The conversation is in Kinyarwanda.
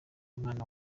y’umwana